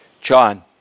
John